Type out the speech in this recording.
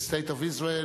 to the state of Israel,